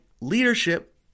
leadership